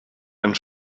ein